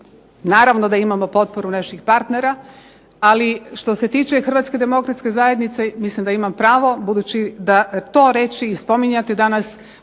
Naravno da imamo potporu naših partnera, ali što se tiče Hrvatske demokratske zajednice mislim da imam pravo, budući da to reći i spominjati danas